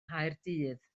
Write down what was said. nghaerdydd